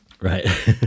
right